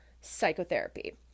psychotherapy